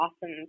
awesome